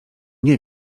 nie